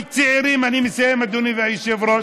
אני מסיים, אדוני היושב-ראש.